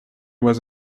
was